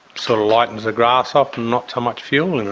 sort of lightens the grass off and not so much fuel in it.